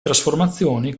trasformazioni